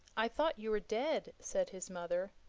i thought you were dead, said his mother.